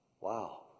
Wow